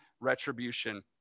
retribution